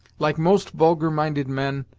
like most vulgar minded men,